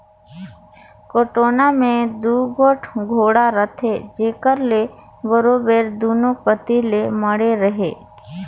टेकोना मे दूगोट गोड़ा रहथे जेकर ले बरोबेर दूनो कती ले माढ़े रहें